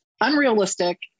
unrealistic